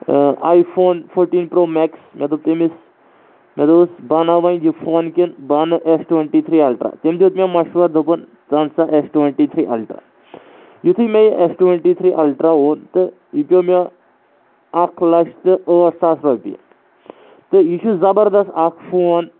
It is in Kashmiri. آیی فون فوٚٹیٖن پرٛو مٮ۪کس مےٚ دوٚپ تیٚمِس مےٚ دوٚپُس بہٕ اَنہ وَنہِ یہِ فون کِنہٕ بہٕ اَنہٕ اٮ۪س ٹُوَٹی تھرٛی اَلٹرٛا تٔمۍ دیُٚت مےٚ مَشوَر دوٚپُن ژٕ اَن سا اٮ۪س ٹُوَٹی تھرٛی اَلٹرٛا یُتھُے مےٚ یہِ اٮ۪س ٹُوَٹی تھرٛی اَلٹرٛا اوٚن تہٕ یہِ پیوٚ مےٚ اَکھ لَچھ تہٕ ٲٹھ ساس رۄپیہِ تہٕ یہِ چھُ زَبردَس اَکھ فون